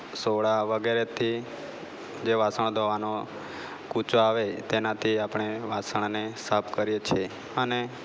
soda વગેરેથી જે વાસણ ધોવાનો કૂચો આવે તેનાથી આપણે વાસણને સાફ કરીએ છીએ અને